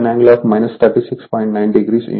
1 j0